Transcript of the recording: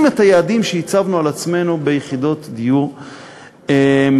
את היעדים שהצבנו לעצמנו ביחידות דיור מתוכננות.